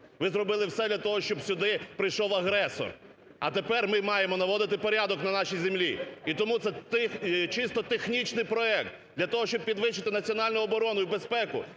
ви зробили все для того, щоб сюди прийшов агресор, а тепер ми маємо наводити порядок на нашій землі. І тому… це чисто технічний проект. Для того, щоб підвищити національну оборону і безпеку,